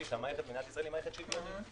שהמערכת במדינת ישראל היא מערכת שלטונית.